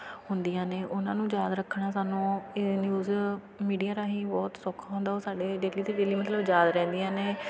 ਹੁੰਦੀਆਂ ਨੇ ਉਹਨਾਂ ਨੂੰ ਯਾਦ ਰੱਖਣਾ ਸਾਨੂੰ ਇਹ ਨਿਊਜ਼ ਮੀਡੀਆ ਰਾਹੀਂ ਬਹੁਤ ਸੌਖਾ ਹੁੰਦਾ ਉਹ ਸਾਡੇ ਡੇਲੀ ਦੇ ਡੇਲੀ ਮਤਲਬ ਯਾਦ ਰਹਿੰਦੀਆਂ ਨੇ